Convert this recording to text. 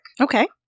Okay